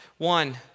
One